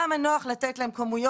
כמה נוח לתת להם כמויות,